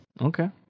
Okay